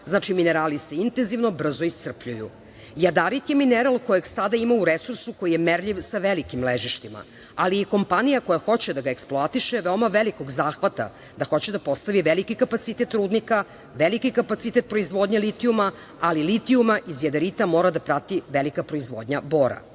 znači, minerali se intenzivno brzo isrcrpljuju. Jadarit je mineral kojeg sada ima u resursu koji je merljiv sa velikim ležištima, ali i kompanija koja hoće da ga eksploatiše je veoma velikog zahvata da hoće da postavi veliki kapacitet rudnika, veliki kapacitet proizvodnje litijuma, ali litijuma iz jadarita mora da prati velika proizvodnja bora.Za